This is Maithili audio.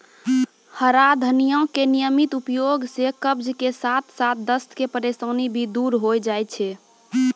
हरा धनिया के नियमित उपयोग सॅ कब्ज के साथॅ साथॅ दस्त के परेशानी भी दूर होय जाय छै